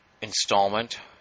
installment